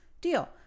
deal